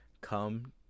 come